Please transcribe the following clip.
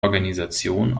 organisation